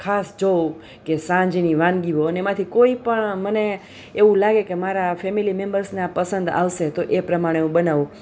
ખાસ જોઉં કે સાંજની વાનગીઓ અને એમાંથી કોઈપણ મને એવું લાગે કે મારા ફેમિલી મેમ્બર્સને આ પસંદ આવશે તો એ પ્રમાણે હું બનાવું